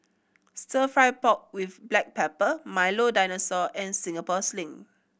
Stir Fry pork with black pepper Milo Dinosaur and Singapore Sling